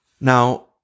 Now